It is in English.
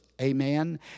Amen